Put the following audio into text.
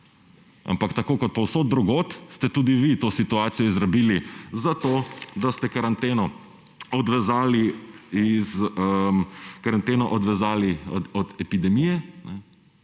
Ampak tako kot povsod drugod, ste tudi vi to situacijo izrabili za to, da ste karanteno odvezali od epidemije,